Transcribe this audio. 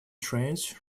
trains